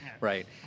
Right